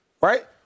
Right